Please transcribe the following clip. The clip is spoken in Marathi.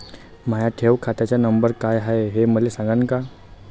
माया ठेव खात्याचा नंबर काय हाय हे मले सांगान का?